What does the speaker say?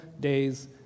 day's